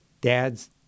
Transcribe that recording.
dads